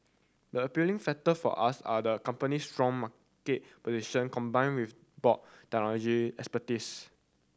the appealing factor for us are the company's strong market position combined with broad technological expertise